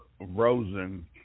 Rosen